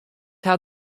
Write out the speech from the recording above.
haw